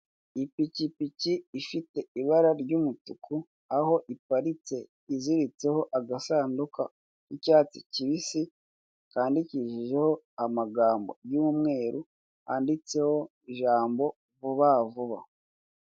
Ipikipiki ifite ibara ry'umutuku, aho iparitse iziritseho agasanduka k'icyatsi kibisi, kandikishijeho amagambo y'umweru, handitseho ijambo vuba vuba.